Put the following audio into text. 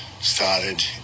started